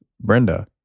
Brenda